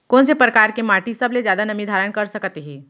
कोन से परकार के माटी सबले जादा नमी धारण कर सकत हे?